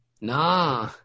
Nah